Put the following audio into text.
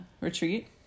Retreat